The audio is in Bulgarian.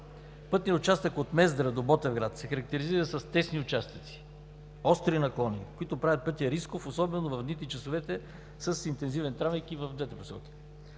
Пътният участък от Мездра до Ботевград се характеризира с тесни участъци, остри наклони, които правят пътя рисков, особено в дните и в часовете с интензивен трафик и в двете посоки.